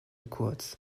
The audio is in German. kurz